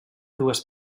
dues